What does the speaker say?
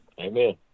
amen